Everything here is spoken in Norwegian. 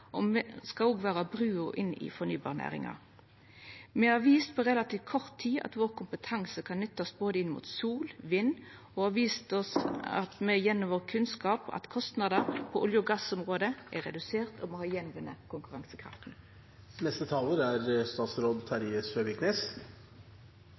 og me skal òg vera brua inn i fornybarnæringa. Me har vist på relativt kort tid at kompetansen vår kan nyttast inn mot både sol og vind, og at gjennom kunnskapen vår er kostnader på olje- og gassområdet redusert, og me har vunne att konkurransekrafta. Først er